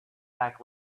back